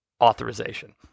authorization